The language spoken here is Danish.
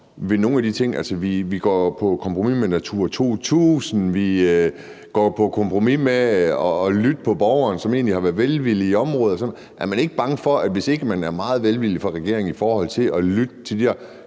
vi går på kompromis med Natura 2000, og vi går på kompromis med at lytte til borgerne, som egentlig har været velvillige, i området. Er man ikke bekymret for, om man er velvillig nok fra regeringens side i forhold til at lytte til de der